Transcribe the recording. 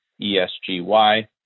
ESGY